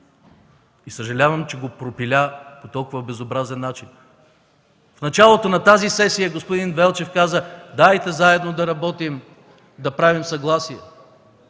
Съжалявам, че го пропиля по толкова безобразен начин. В началото на тази сесия господин Велчев каза: „Дайте заедно да работим, да правим съгласие”.